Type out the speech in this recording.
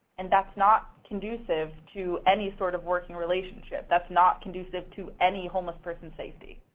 and that's not conducive to any sort of working relationship. that's not conducive to any homeless person's safety.